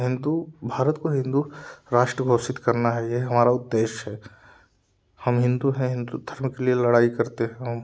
हिंदू भारत को हिंदू राष्ट्र घोषित करना है यह हमारा उद्देश्य है हम हिंदू हैं हिंदू धर्म के लिए लड़ाई करते हैं हम